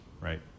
right